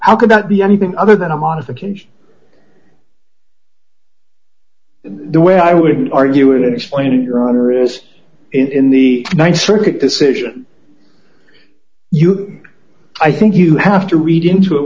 how could that be anything other than a modification the way i would argue it in explaining your honor is in the th circuit decision you i think you have to read into it